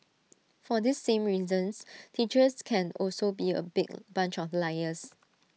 for these same reasons teachers can also be A big bunch of liars